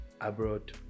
abroad